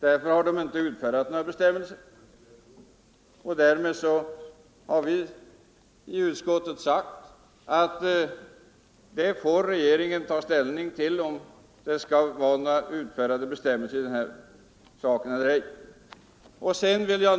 Därför har den inte utfärdat några bestämmelser. Vi i utskottet har sagt att regeringen får ta ställning till om det skall utfärdas några bestämmelser om den här saken eller ej.